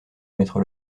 mettre